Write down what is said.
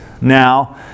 now